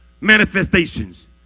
manifestations